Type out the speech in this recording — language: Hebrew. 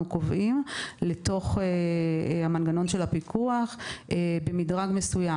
קובעים לתוך מנגנון הפיקוח במדרג מסוים.